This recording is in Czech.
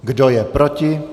Kdo je proti?